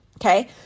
okay